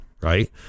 right